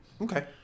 Okay